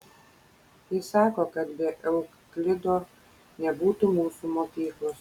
jis sako kad be euklido nebūtų mūsų mokyklos